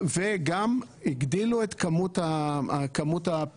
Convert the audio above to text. וגם הגדילו את כמות הפירעונות.